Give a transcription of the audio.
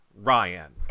Ryan